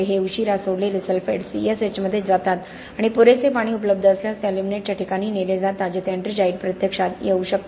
हे उशीरा सोडलेले सल्फेट C S H मध्ये जातात आणि पुरेसे पाणी उपलब्ध असल्यास ते एल्युमिनेटच्या ठिकाणी नेले जातात जेथे एट्रिंगाइट प्रत्यक्षात येऊ शकते